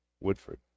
woodford